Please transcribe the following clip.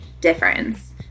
difference